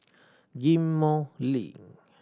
Ghim Moh Link